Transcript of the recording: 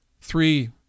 Three